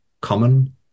common